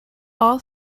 all